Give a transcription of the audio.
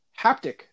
haptic